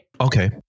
okay